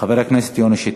חבר הכנסת יוני שטבון.